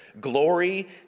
glory